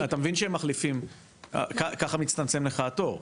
אתה מבין שככה מצטמצם לך התור?